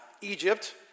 Egypt